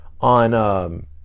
on